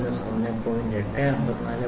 89445 mm Range Maximum - Minimum 57